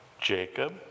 Jacob